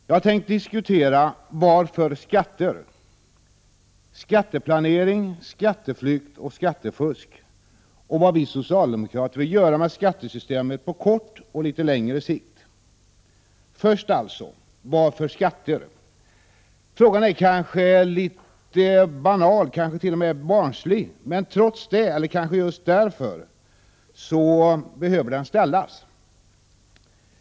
Min avsikt är att diskutera ”Varför skatter?” Jag skall också diskutera skatteplanering, skatteflykt, skattefusk och vad vi socialdemokrater vill åstadkomma med skattesystemet på kort och litet längre sikt. Varför skatter? Frågan är kanske litet banal, litet barnslig, men trots det, eller kanske just därför, behöver den ställas.